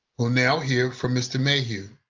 we'll now hear from mr. mayhew.